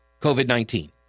COVID-19